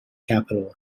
capital